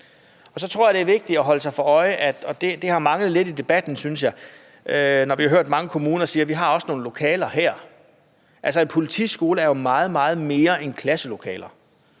Så tror jeg, det er vigtigt at holde sig for øje – og det synes jeg har manglet lidt i debatten, når vi har hørt mange kommuner sige, at de også har nogle lokaler – at en politiskole jo er meget, meget mere end klasselokaler.